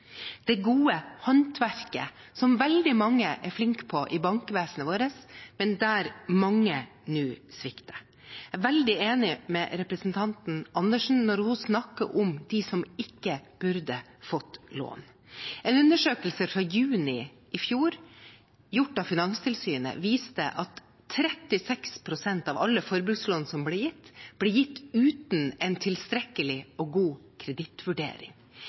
det gode håndverket som veldig mange er flinke til i bankvesenet vårt, men der mange nå svikter. Jeg er veldig enig med representanten Karin Andersen når hun snakker om dem som ikke burde fått lån. En undersøkelse fra juni i fjor, gjort av Finanstilsynet, viste at 36 pst. av alle forbrukslån som ble gitt, ble gitt uten en tilstrekkelig og god kredittvurdering.